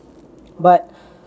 but